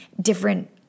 different